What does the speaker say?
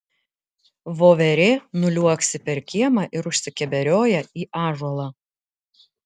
voverė nuliuoksi per kiemą ir užsikeberioja į ąžuolą